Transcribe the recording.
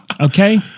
Okay